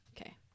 okay